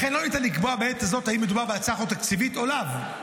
לכן לא ניתן לקבוע בעת הזאת אם מדובר בהצעת חוק תקציבית או לאו,